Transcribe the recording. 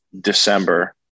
December